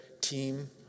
team